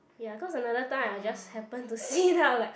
ya cause another time I just happen to see then I was like